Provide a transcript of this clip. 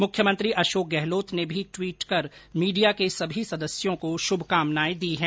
मुख्यमंत्री अशोक गहलोत ने भी टवीट कर मीडिया के सभी सदस्यों को शुभकामनाएं दी है